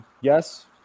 yes